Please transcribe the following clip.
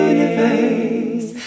Universe